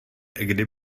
kdy